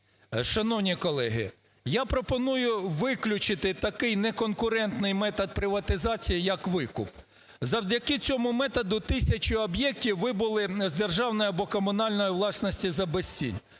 Шановні колеги, я пропоную виключити такий неконкурентний метод приватизації як викуп. Завдяки цьому методу тисячі об'єктів вибули з державної або комунальної власності за безцінь.